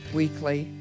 weekly